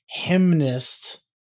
hymnist